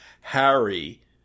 Harry